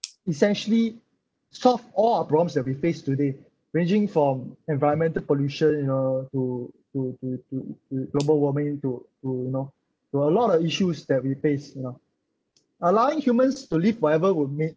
essentially solve all our problems that we face today ranging from environmental pollution you know to to to to global warming to to you know there are a lot of issues that we face you know allowing humans to live forever would maintain